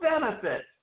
benefits